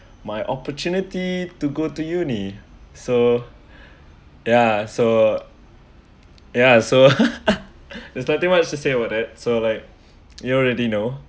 my opportunity to go to uni so ya so ya so there's nothing much to say about that so like you already know